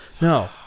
no